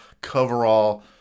coverall